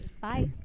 bye